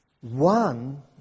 one